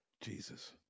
Jesus